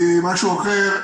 משהו אחר.